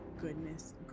goodness